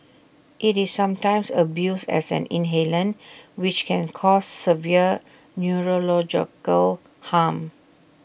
IT is sometimes abused as an inhalant which can cause severe neurological harm